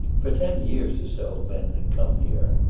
for ten years or so men had come here.